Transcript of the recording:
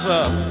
up